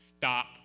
stop